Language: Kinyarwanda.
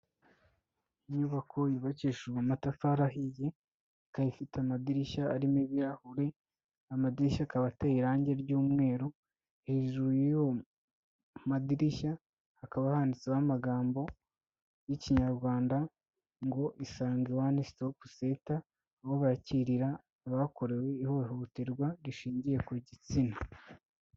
Inyubako yubakishijwe amatafari ahiye, ikaba ifite amadirishya arimo ibirahure. Ayo amadirishya akaba ateye irangi ry'umweru. Hejuru y'ayo madirishya hakaba handitseho amagambo y'Ikinyarwanda ngo isange one stop center aho bakirira abakorewe ihohoterwa rishingiye ku gitsina.